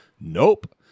Nope